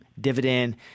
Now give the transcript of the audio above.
dividend